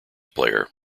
player